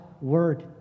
word